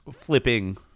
Flipping